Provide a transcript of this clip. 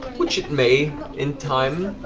which it may in time,